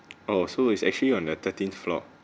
oh so is actually on the thirteenth floor